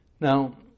Now